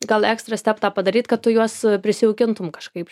gal ekstra step tą padaryt kad tu juos prisijaukintum kažkaip